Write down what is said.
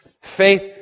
Faith